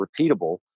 repeatable